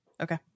Okay